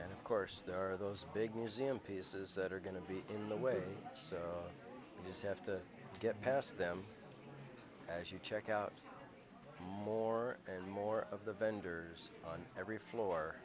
and of course there are those big museum pieces that are going to be in the way so you just have to get past them as you check out more and more of the vendors on every floor